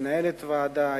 למנהלת הוועדה,